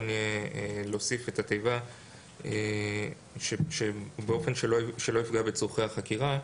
יהיה להוסיף את התיבה האומרת באופן שלא יפגע בצורכי החקירה.